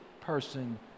person